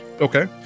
okay